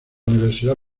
universidad